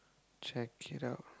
check it out